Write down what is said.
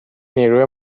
نیروی